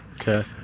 Okay